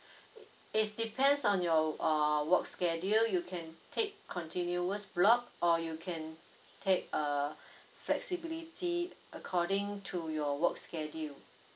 it's depends on your uh work schedule you can take continuous block or you can take uh flexibility according to your work schedule